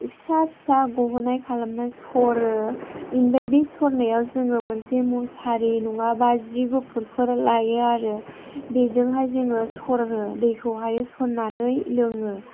फिसा फिसा गहोनाय खालामना सरो बेनिफ्राय बे सरनायाव जोङो मोनसे मुसारि नङाबा सि गुफुरफोर लायो आरो बेजोंहाय जोङो सरो दैखौहायो सरनानै लोङो